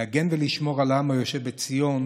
להגן ולשמור על העם היושב בציון